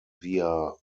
via